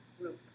group